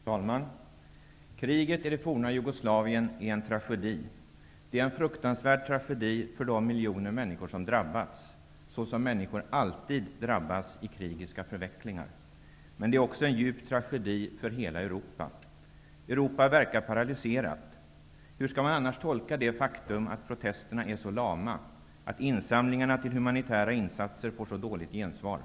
Herr talman! Kriget i det forna Jugoslavien är en tragedi. Det är en fruktansvärd tragedi för de miljoner människor som drabbats, så som människor alltid drabbas i krigiska förvecklingar. Men det är också en djup tragedi för hela Europa. Europa verkar paralyserat. Hur skall man annars tolka det faktum att protesterna är så lama, att insamlingarna till humanitära insatser får så dåligt gensvar?